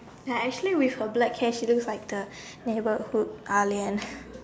ya like actually with her black hair she look like the neighbourhood alien